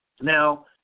Now